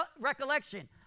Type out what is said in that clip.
recollection